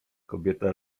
kobieta